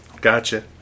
gotcha